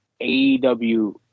AEW